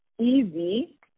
easy